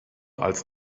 als